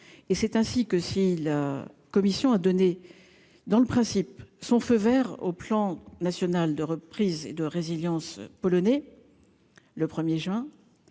et c'est ainsi que, si la commission a donné dans le principe, son feu Vert au plan national de reprise et de résilience polonais, le 1er juin